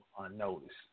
unnoticed